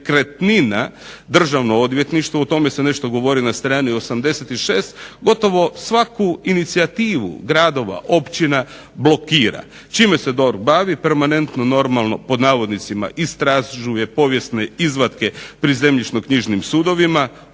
nekretnina Državno odvjetništvo o tome se nešto govori na strani 86. gotovo svaku inicijativu gradova, općina blokira, čime se DORH bavi permanentno "istražuje povijesne izvatke pri zemljišno knjižnim sudovima"